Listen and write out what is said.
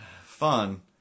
Fun